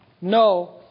no